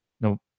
No